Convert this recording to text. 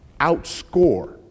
outscore